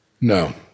No